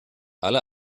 alle